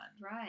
Right